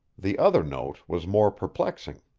the other note was more perplexing.